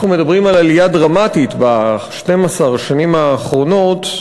אנחנו מדברים על עלייה דרמטית ב-12 השנים האחרונות,